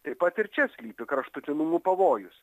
taip pat ir čia slypi kraštutinumų pavojus